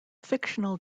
fictional